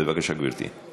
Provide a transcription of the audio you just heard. בבקשה, גברתי.